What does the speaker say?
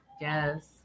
Yes